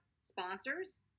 sponsors